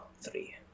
three